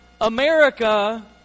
America